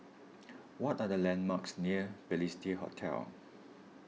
what are the landmarks near Balestier Hotel